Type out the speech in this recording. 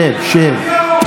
שב, שב.